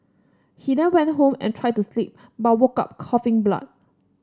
he then went home and tried to sleep but woke up coughing blood